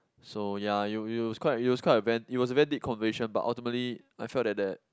so ya it it was quite it was quite a very it was a very deep conversation but ultimately I felt that that